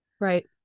Right